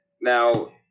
Now